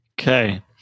Okay